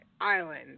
island